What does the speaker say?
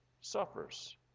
suffers